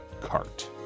Cart